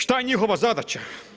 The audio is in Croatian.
Što je njihova zadaća?